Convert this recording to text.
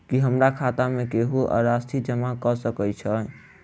की हमरा खाता मे केहू आ राशि जमा कऽ सकय छई?